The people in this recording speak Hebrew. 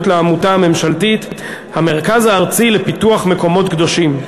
לעמותה הממשלתית המרכז הארצי לפיתוח המקומות הקדושים.